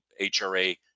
hra